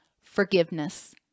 Forgiveness